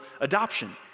adoption